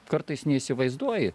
kartais neįsivaizduoji